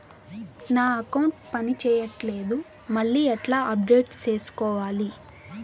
నా అకౌంట్ పని చేయట్లేదు మళ్ళీ ఎట్లా అప్డేట్ సేసుకోవాలి?